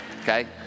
Okay